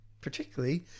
particularly